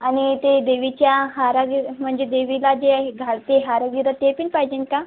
आणि ते देवीचा हार गिर म्हणजे देवीला जे घालते हार गिरं ते पण पाहिजे का